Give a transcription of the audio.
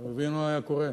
אתה מבין מה היה קורה?